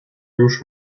już